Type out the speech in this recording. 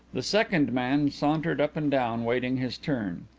the second man sauntered up and down, waiting his turn.